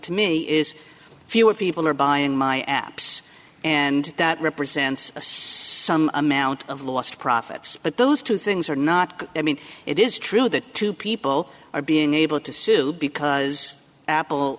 to me is fewer people are buying my apps and that represents some amount of lost profits but those two things are not i mean it is true that two people are being able to sue because apple